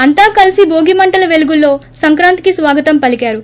అంతా కలిసి భోగి మంటల పెలుగుల్లో సంక్రాంతికి స్వాగతం పలికారు